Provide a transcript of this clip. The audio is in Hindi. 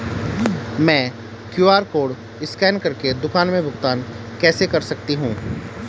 मैं क्यू.आर कॉड स्कैन कर के दुकान में भुगतान कैसे कर सकती हूँ?